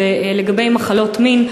ולגבי מחלות מין.